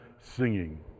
singing